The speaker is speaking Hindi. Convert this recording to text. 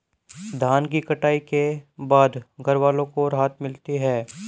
धान की कटाई के बाद घरवालों को राहत मिलती है